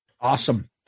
awesome